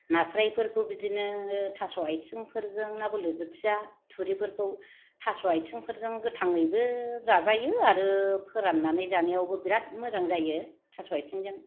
नास्राइफोरखौ बिदिनो थास'आथिंफोरजों ना बालाबाथिया थुरिफोरखौ थास' आथिंजों गोथाङैबो जाजायो आरो फोराननानै जानायावबो बिराद मोजां जायो थास' आथिंजों